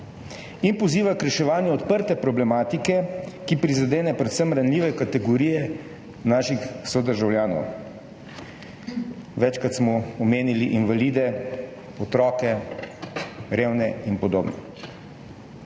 in poziva k reševanju odprte problematike, ki prizadene predvsem ranljive kategorije naših sodržavljanov. Večkrat smo omenili invalide, otroke, revne in podobno.